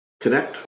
connect